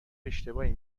اشتباهی